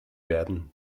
werden